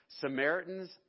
Samaritans